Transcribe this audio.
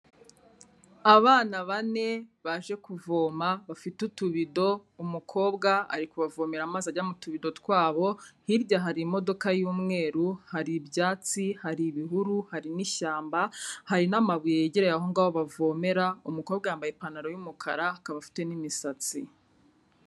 Abana bane baje kuvoma bafite utubido, umukobwa ari kubavomera amazi ajya mu tubido twabo, hirya hari imodoka y'umweru, hari ibyatsi, hari ibihuru, hari n'ishyamba, hari n'amabuye yegereye aho ngaho bavomera, umukobwa yambaye ipantaro y'umukara akaba afite n'imisatsi.